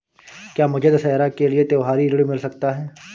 क्या मुझे दशहरा के लिए त्योहारी ऋण मिल सकता है?